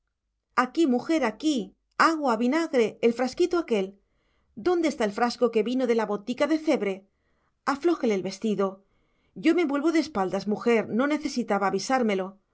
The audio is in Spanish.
aquí mujer aquí agua vinagre el frasquito aquél dónde está el frasco que vino de la botica de cebre aflójele el vestido ya me vuelvo de espaldas mujer no necesitaba avisármelo